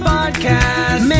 Podcast